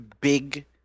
big